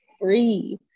breathe